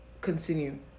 continue